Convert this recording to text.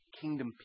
kingdom